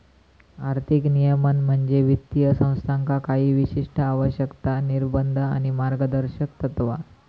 आर्थिक नियमन म्हणजे वित्तीय संस्थांका काही विशिष्ट आवश्यकता, निर्बंध आणि मार्गदर्शक तत्त्वा